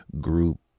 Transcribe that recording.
group